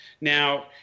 Now